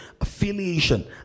affiliation